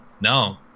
No